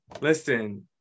Listen